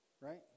right